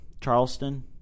Charleston